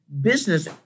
business